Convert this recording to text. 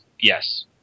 yes